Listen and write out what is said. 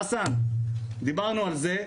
חסאן, דיברנו על זה,